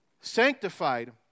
sanctified